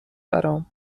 برام